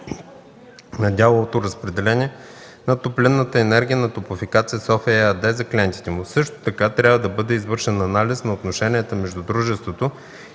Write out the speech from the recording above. на дяловото разпределение на топлинна енергия на "Топлофикация София" ЕАД за клиентите му. Също така трябва да бъде извършен анализ на отношенията между дружеството